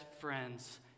friends